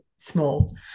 small